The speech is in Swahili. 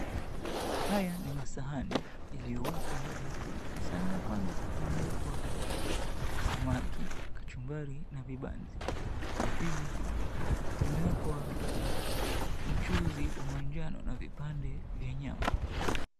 Haya ni masahani yaliyowekwa na vyakula. Sahani la kwanza limewekwa samaki, kachumbari na vibanzi. La pili imewekwa mchuzi wa manjano na vipande vya nyama.